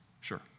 sure